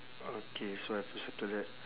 okay so I have to circle that